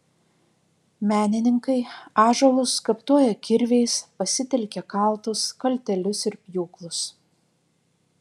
menininkai ąžuolus skaptuoja kirviais pasitelkia kaltus kaltelius ir pjūklus